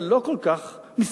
זה לא כל כך מסתדר.